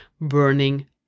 burning